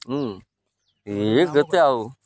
ହଁ ଏ କେତେ ଆଉ